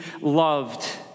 loved